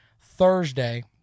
Thursday